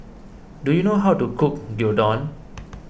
do you know how to cook Gyudon